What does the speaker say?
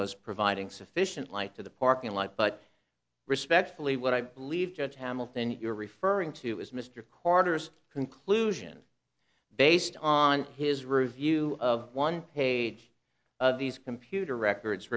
was providing sufficient light to the parking lot but respectfully what i believe the tamil then you're referring to is mr carter's conclusion based on his roof view of one page of these computer records